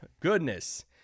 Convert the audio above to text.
goodness